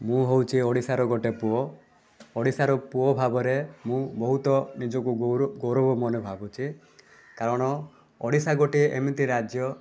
ମୁଁ ହେଉଛି ଓଡ଼ିଶାର ଗୋଟେ ପୁଅ ଓଡ଼ିଶାର ପୁଅ ଭାବରେ ମୁଁ ବହୁତ ନିଜକୁ ଗୌର ଗୌରବ ମନେ ଭାବୁଛି କାରଣ ଓଡ଼ିଶା ଗୋଟେ ଏମିତି ରାଜ୍ୟ